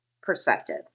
perspective